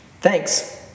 Thanks